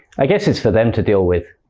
i guess it's for them to deal with.